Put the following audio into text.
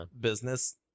business